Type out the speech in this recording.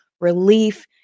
relief